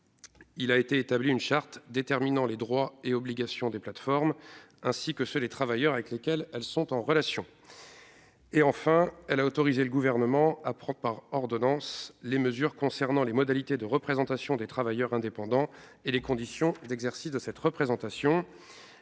2019 a établi une charte déterminant les droits et obligations des plateformes, ainsi que ceux des travailleurs avec lesquels elles sont en relation. Et elle a autorisé le Gouvernement à prendre par ordonnance les mesures concernant les modalités de représentation des travailleurs indépendants et les conditions d'exercice de cette représentation.